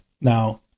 Now